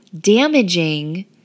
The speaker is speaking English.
damaging